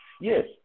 yes